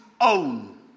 own